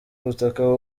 butaka